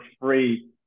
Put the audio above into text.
free